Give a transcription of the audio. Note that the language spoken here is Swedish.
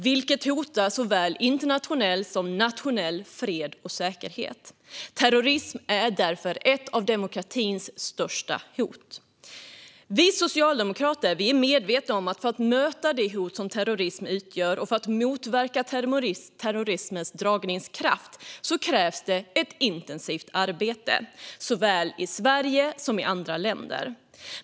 Det hotar såväl internationell som nationell fred och säkerhet. Terrorism är därför ett av de största hoten mot demokratin. Vi socialdemokrater är medvetna om att det för att möta det hot som terrorism utgör och för att motverka terrorismens dragningskraft krävs ett intensivt arbete såväl i Sverige som i andra länder.